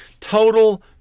Total